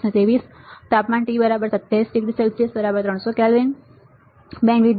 3803x1023 તાપમાન T 27°C 300 K bandwidth